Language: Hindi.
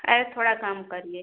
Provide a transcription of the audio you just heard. अरे थोड़ा कम करिए